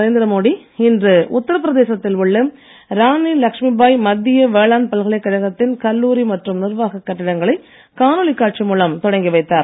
நரேந்திர மோடி இன்று உத்தர பிரதேசத்தில் உள்ள ராணி லக்ஷ்மி பாய் மத்திய வேளாண் பல்கலைக்கழகத்தின் கல்லூரி மற்றும் நிர்வாக கட்டிடங்களை காணொலி காட்சி மூலம் திறந்து வைத்தார்